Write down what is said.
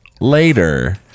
later